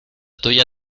tuya